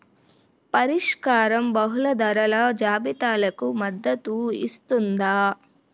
పరిష్కారం బహుళ ధరల జాబితాలకు మద్దతు ఇస్తుందా?